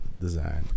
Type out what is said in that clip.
design